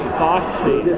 foxy